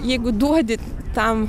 jeigu duodi tam